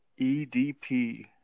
EDP